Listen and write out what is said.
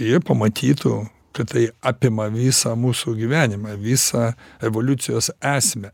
jie pamatytų kad tai apima visą mūsų gyvenimą visą evoliucijos esmę